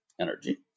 energy